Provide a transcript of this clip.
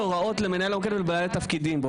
רשום לתת הוראות למנהל המוקד או לבעלי התפקידים בו.